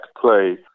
play